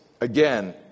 again